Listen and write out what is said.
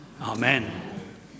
Amen